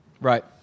Right